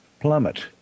plummet